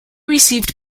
received